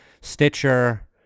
Stitcher